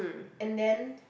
and then